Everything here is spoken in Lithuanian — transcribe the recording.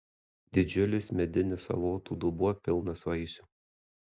didžiulis medinis salotų dubuo pilnas vaisių